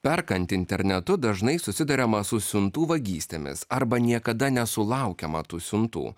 perkant internetu dažnai susiduriama su siuntų vagystėmis arba niekada nesulaukiama tų siuntų